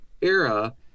era